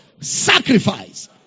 Sacrifice